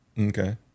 Okay